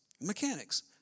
Mechanics